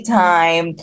time